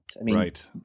Right